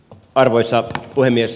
arvoisa puhemies